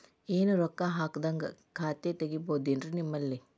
ಏನು ರೊಕ್ಕ ಹಾಕದ್ಹಂಗ ಖಾತೆ ತೆಗೇಬಹುದೇನ್ರಿ ನಿಮ್ಮಲ್ಲಿ?